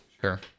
Sure